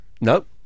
Nope